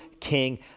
king